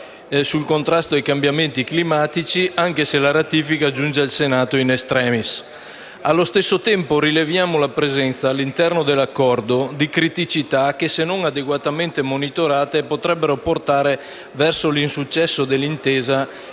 sul contrasto ai cambiamenti climatici, anche se la ratifica giunge in Senato *in extremis*. Allo stesso tempo rileviamo la presenza all'interno dell'Accordo di criticità che, se non adeguatamente monitorate, potrebbero portare verso l'insuccesso dell'intesa